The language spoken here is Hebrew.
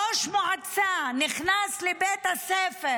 ראש מועצה נכנס לבית הספר